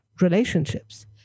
relationships